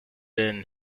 been